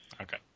Okay